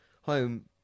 home